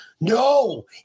No